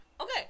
Okay